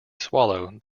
swallow